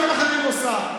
ממשלה כושלת.